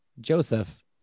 Joseph